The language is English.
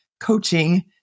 coaching